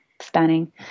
spanning